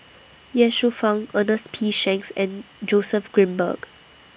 Ye Shufang Ernest P Shanks and Joseph Grimberg